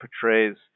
portrays